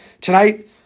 tonight